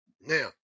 Now